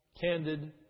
candid